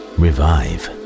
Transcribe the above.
revive